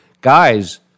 guys